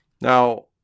Now